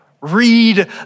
read